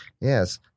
Yes